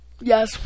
Yes